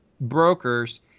brokers